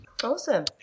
Awesome